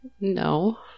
No